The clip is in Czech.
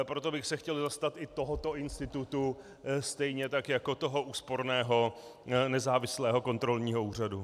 Proto bych se chtěl zastat i tohoto institutu, stejně tak jako toho úsporného nezávislého kontrolního úřadu.